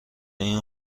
این